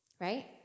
right